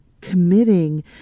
committing